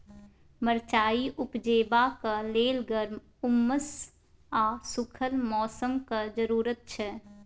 मरचाइ उपजेबाक लेल गर्म, उम्मस आ सुखल मौसमक जरुरत छै